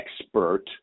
expert